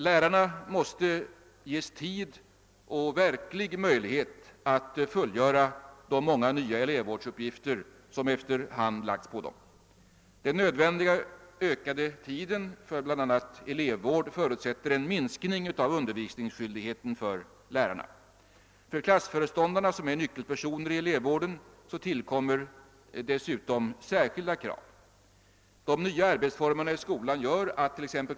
Lärarna måste ju ges tid och verklig möjlighet att fullgöra de många nya elevvårdsuppgifter som efter hand lagts på dem. Den nödvändiga ökade tiden för bl.a. elevvård förutsätter en minskning av undervisningsskyldigheten för lärare. För klassföreståndarna, som ju är nyckelpersoner i elevvården, tillkommer särskilda krav. De nya arbetsformerna i skolan gör attt.ex.